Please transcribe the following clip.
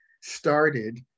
started